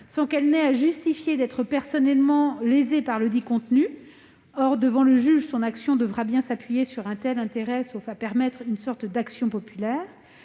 sans qu'elle ait à justifier d'être personnellement lésée par ledit contenu, alors que son action devant le juge devra bien s'appuyer sur un tel intérêt, sauf à permettre une sorte d'action populaire.